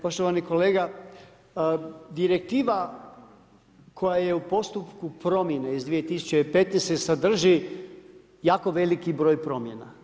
Poštovani kolega, direktiva koja je u postupku promjene iz 2015. sadrži jako veliki broj promjena.